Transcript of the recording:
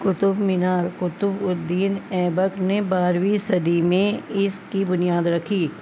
Qutub Minar Qutubuddin Aibak نے بارہویں صدی میں اس کی بنیاد رکھی